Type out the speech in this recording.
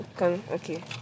Okay